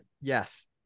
Yes